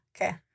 Okay